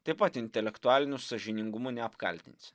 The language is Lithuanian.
taip pat intelektualiniu sąžiningumu neapkaltinsi